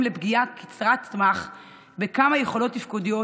לפגיעה קצרת טווח בכמה יכולות תפקודיות,